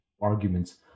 arguments